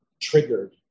triggered